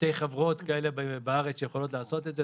שתי חברות בארץ שיכולות לעשות את זה,